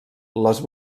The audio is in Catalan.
les